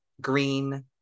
green